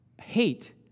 hate